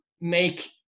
make